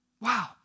Wow